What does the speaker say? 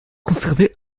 conservée